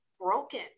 broken